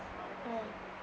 mm